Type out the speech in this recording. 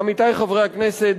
עמיתי חברי הכנסת,